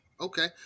okay